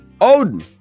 odin